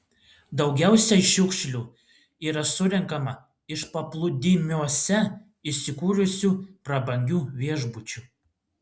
daugiausiai šiukšlių yra surenkama iš paplūdimiuose įsikūrusių prabangių viešbučių